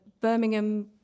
Birmingham